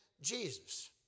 Jesus